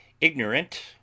ignorant